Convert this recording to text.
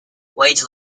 wage